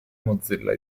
mozilla